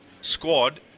squad